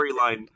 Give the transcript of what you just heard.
storyline